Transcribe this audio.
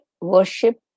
worship